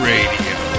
Radio